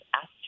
asked